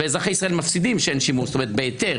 ואזרחי ישראל מפסידים שאין שימוש בהיתר.